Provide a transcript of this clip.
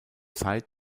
zeit